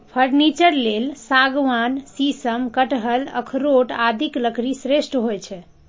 furniture लेल सागवान, शीशम, कटहल, अखरोट आदिक लकड़ी श्रेष्ठ होइ छै